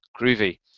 Groovy